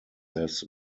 this